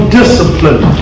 discipline